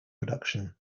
production